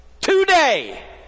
today